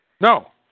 No